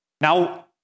Now